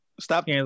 Stop